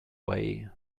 way